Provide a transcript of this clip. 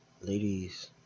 Ladies